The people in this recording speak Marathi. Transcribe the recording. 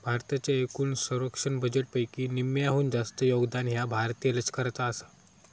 भारताच्या एकूण संरक्षण बजेटपैकी निम्म्याहून जास्त योगदान ह्या भारतीय लष्कराचा आसा